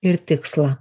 ir tikslą